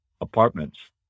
apartments